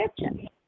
kitchen